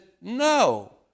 no